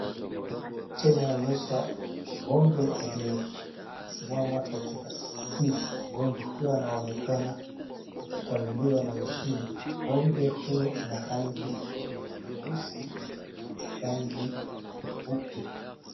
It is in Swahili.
Picha inaonyesha ng'ombe aliye amesimama katika sisi. Ng'ombe huyo anaonekana akikamuliwa na mashine. Ng'ombe huyo ana rangi nyeusi na rangi nyeupe.